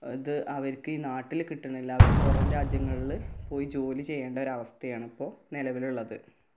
ഇത് അവർക്ക് ഈ നാട്ടിൽ കിട്ടണില്ല അവർ പുറം രാജ്യങ്ങളിൽ പോയി ജോലി ചെയ്യേണ്ട ഒരവസ്ഥയാണ് ഇപ്പോൾ നിലവിലുള്ളത്